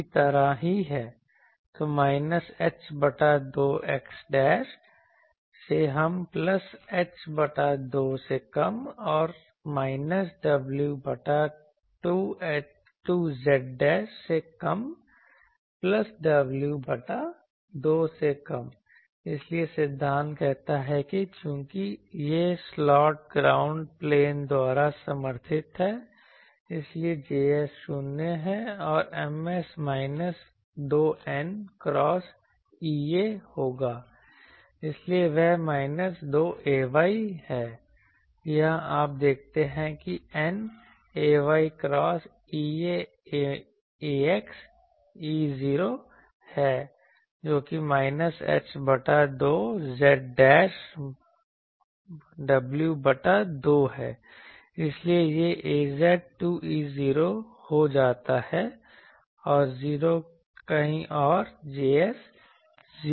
तो minus h बटा 2 x" से कम प्लस h बटा 2 से कम और माइनस w बटा 2 z" से कम प्लस w बटा 2 से कम इसलिए सिद्धांत कहता है कि चूंकि यह स्लॉट ग्राउंड प्लेन द्वारा समर्थित है इसलिए Js 0 है और Ms minus 2n cross Ea होगा इसलिए वह माइनस 2 ay है यहाँ आप देखते हैं कि n ay cross Ea ax E0 है जो कि माइनस h बटा 2 z w बटा 2 है इसलिए यह az 2E0 हो जाता है और 0 कहीं और Js 0 है